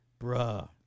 Bruh